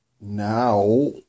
now